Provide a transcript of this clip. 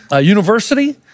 University